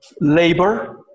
Labor